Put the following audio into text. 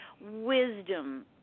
wisdom